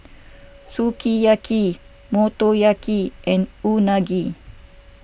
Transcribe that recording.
Sukiyaki Motoyaki and Unagi